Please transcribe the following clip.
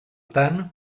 tant